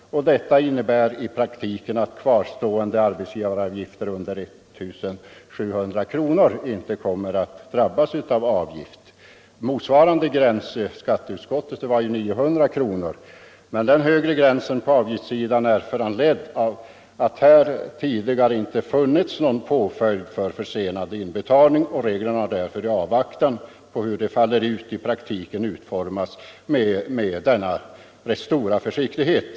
Detta innebär i praktiken att kvarstående arbetsgivaravgifter under 1 700 kronor inte kommer att drabbas av avgift. Motsvarande gräns i skatteutskottet var 900 kronor. Den högre gränsen är föranledd av att det tidigare inte har funnits någon påföljd för försenad inbetalning, och reglerna har därför i avvaktan på hur de utfaller i prak = Nr 141 tiken utformats med denna rätt stora försiktighet.